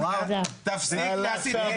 תפסיק להסית.